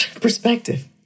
perspective